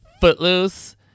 Footloose